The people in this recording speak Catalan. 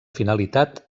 finalitat